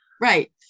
Right